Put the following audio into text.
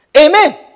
Amen